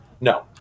No